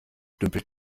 dümpelt